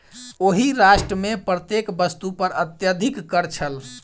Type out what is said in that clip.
ओहि राष्ट्र मे प्रत्येक वस्तु पर अत्यधिक कर छल